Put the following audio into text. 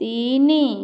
ତିନି